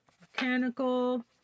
Mechanical